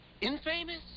Infamous